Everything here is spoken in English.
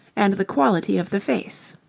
and the quality of the face.